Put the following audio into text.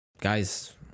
guys